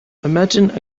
imagine